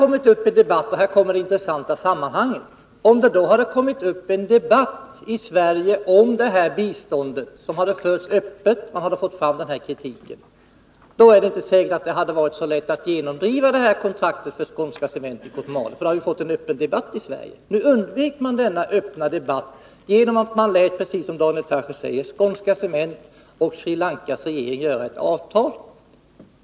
Om det då — och här kommer det intressanta i sammanhanget — hade kommit upp en debatt i Sverige om det här biståndet, en debatt som hade förts öppet så att man hade fått fram den här kritiken, är det inte säkert att det hade varit så lätt för Skånska Cement att genomdriva kontraktet för Kotmaleprojektet. Nu undvek man denna öppna debatt genom att man, precis som Daniel Tarschys sade, lät Skånska Cement och Sri Lankas regering träffa ett avtal.